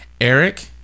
Eric